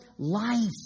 Life